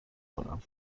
کنم